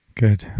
good